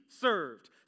served